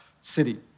city